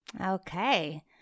Okay